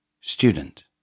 Student